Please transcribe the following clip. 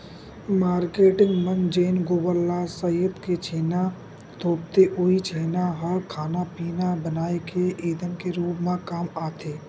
marketing मन जेन गोबर ल सइत के छेना थोपथे उहीं छेना ह खाना पिना बनाए के ईधन के रुप म काम आथे